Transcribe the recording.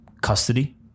custody